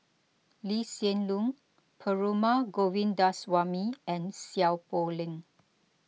Lee Hsien Loong Perumal Govindaswamy and Seow Poh Leng